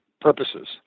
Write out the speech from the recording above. purposes